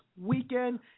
weekend